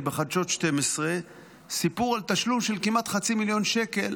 בחדשות 12 סיפור על תשלום של כמעט חצי מיליון שקל